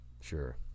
sure